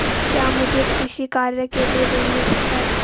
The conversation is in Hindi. क्या मुझे कृषि कार्य के लिए ऋण मिल सकता है?